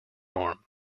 norm